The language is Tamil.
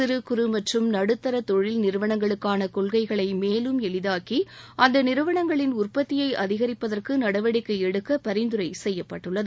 சிறு குறு மற்றும் நடுத்தர தொழில்நிறுவனங்களுக்கான கொள்கைகளை மேலும் எளிதாக்கி அந்த நிறுவனங்களின் உற்பத்தியை அதிகரிப்பதற்கு நடவடிக்கை எடுக்க பரிந்துரை செய்யப்பட்டுள்ளது